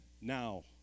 Now